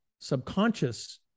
subconscious